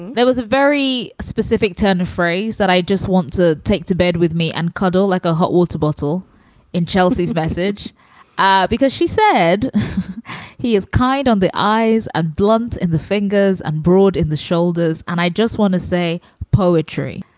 there was a very specific turn of phrase that i just want to take to bed with me and cuddle like a hot water bottle in chelsea's message ah because she said he is kind on the eyes, a blunt in the fingers and broad in the shoulders and i just want to say poetry.